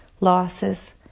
losses